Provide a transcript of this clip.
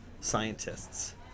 scientists